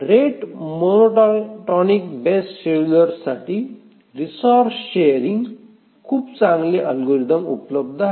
rate monotonic based शेड्युलरसाठी resource शेअरींगसाठी खूप चांगले अल्गोरिदम उपलब्ध आहेत